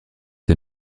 des